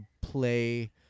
play